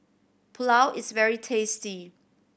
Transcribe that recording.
pulao is very tasty